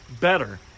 better